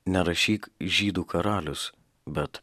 nerašyk žydų karalius bet